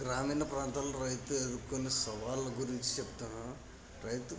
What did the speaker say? గ్రామీణ ప్రాంతాల్లో రైతులు కొన్ని సవాలు గురించి చెపుతాను రైతు